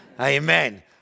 Amen